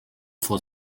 vor